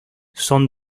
son